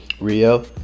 rio